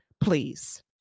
please